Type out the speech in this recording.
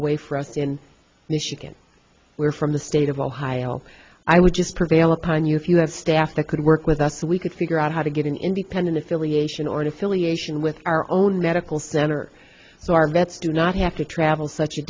away from us in michigan where from the state of ohio i would just prevail upon you if you have staff that could work with us so we could figure out how to get an independent affiliation or an affiliation with our own medical center so our vets do not have to travel such a